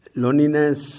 loneliness